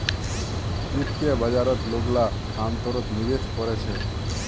वित्तीय बाजारत लोगला अमतौरत निवेश कोरे छेक